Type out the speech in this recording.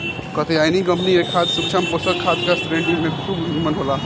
Katyayani company के खाद सूक्ष्म पोषक खाद का श्रेणी में खूब निमन होला